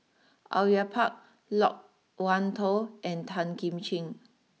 Au Yue Pak Loke Wan Tho and Tan Kim Ching